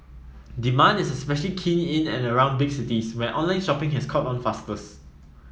demand is especially keen in and around big cities where online shopping has caught on fastest